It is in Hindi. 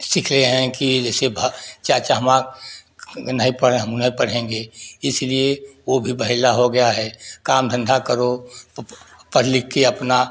सीख रहे हैं कि जैसे चाचा नहीं पढ़े हमहुँ नहीं पढ़ेंगे इसीलिए वो भी बहेला हो गया है काम धंधा करो पढ़ लिख के अपना